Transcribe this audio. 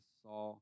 saw